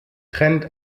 trennt